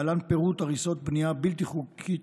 להלן פירוט הריסות בנייה בלתי חוקית,